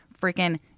freaking